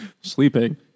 sleeping